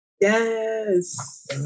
Yes